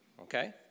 okay